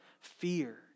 fear